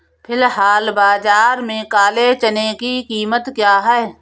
फ़िलहाल बाज़ार में काले चने की कीमत क्या है?